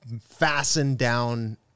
fastened-down